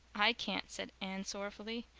i can't, said anne, sorrowfully.